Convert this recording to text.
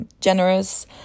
generous